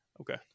Okay